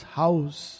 house